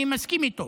אני מסכים איתו.